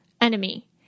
enemy